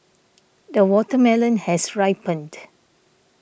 the watermelon has ripened